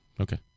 Okay